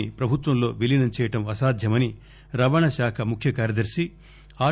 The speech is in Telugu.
ని ప్రభుత్వంలో విలీనం చేయడం అసాధ్యమని రవాణా శాఖ ముఖ్యకార్యదర్శి ఆర్